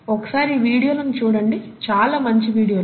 ఒకసారి ఈ వీడియోలను చూడండి చాలా మంచి వీడియోలు